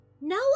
No